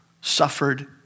suffered